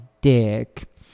dick